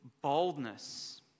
boldness